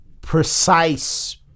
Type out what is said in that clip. precise